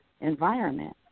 environment